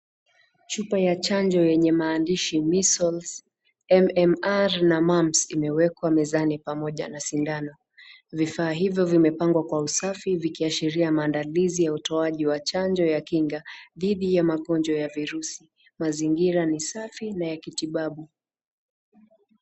Chupa ya chanjo yenye maandishi Measles, M.M.R. na MUMPS imewekwa mezani pamoja na sindano, vifaa hivyo vimepangwa kwa usafi vikiashiria maandalizi ya utoaji wa chanjo ya kinga, dhidi ya magonjwa ya virusi, mazingira ni safi na ya kitibabu.